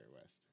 West